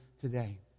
today